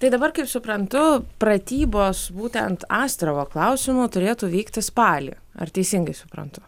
tai dabar kaip suprantu pratybos būtent astravo klausimu turėtų vykti spalį ar teisingai suprantu